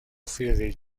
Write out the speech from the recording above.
friedrich